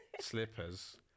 slippers